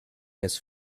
his